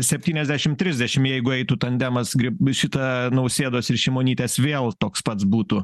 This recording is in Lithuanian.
septyniasdešim trisdešim jeigu eitų tandemas grib šita nausėdos ir šimonytės vėl toks pats būtų